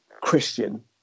Christian